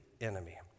enemy